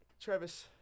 Travis